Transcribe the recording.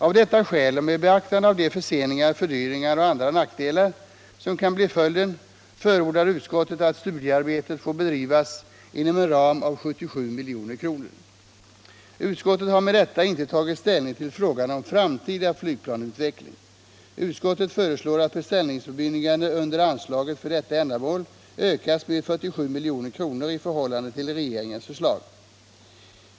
Av detta skäl och med beaktande av de förseningar, fördyringar och andra nackdelar som kan bli följden förordar utskottet att studiearbetet får bedrivas inom en ram av 77 milj.kr. Utskottet har med detta inte tagit ställning till frågan om framtida flygplansutveckling. Utskottet föreslår att beställningsbemyndigandet under anslaget för detta ändamål ökas med 47 milj.kr. i förhållande till regeringens förslag.